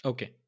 Okay